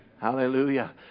Hallelujah